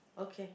okay